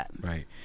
Right